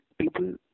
people